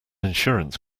insurance